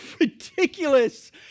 ridiculous